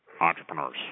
entrepreneurs